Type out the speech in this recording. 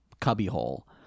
cubbyhole